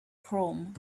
chrome